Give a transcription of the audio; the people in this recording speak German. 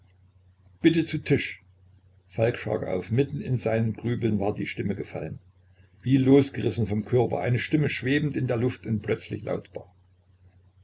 bitte zu tisch falk schrak auf mitten in sein grübeln war die stimme gefallen wie losgerissen vom körper eine stimme schwebend in der luft und plötzlich lautbar